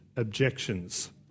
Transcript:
Objections